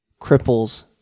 cripples